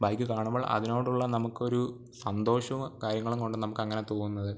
bike കാണുമ്പോൾ അതിനോടുള്ള നമുക്കൊരു സന്തോഷവും കാര്യങ്ങളും കൊണ്ട് നമുക്ക് അങ്ങനെ തോന്നുന്നത്